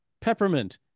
peppermint